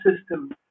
system